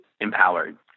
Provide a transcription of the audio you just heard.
empowered